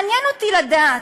מעניין אותי לדעת,